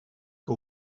que